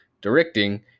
directing